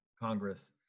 Congress